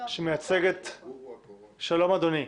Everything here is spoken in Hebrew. פארס שמייצג את שלום, אדוני,